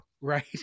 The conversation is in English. Right